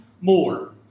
more